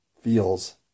feels